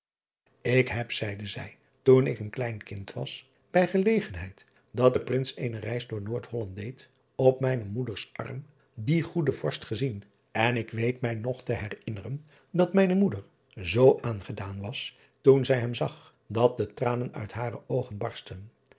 k heb zeide zij toen ik een klein kind was bij gelegenheid dat de rins eene reis door oordholland deed op mijne moeders arm dien goeden orst gezien en ik weet mij nog te herinneren dat mijne moeder zoo aangedaan was toen zij hem zag dat de tranen uit hare oogen barstten